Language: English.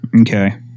okay